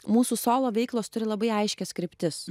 mūsų solo veiklos turi labai aiškias kryptis